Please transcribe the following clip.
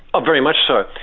very much so.